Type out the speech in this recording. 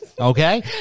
Okay